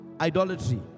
Idolatry